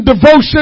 devotion